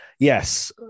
Yes